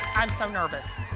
i'm so nervous.